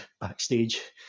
Backstage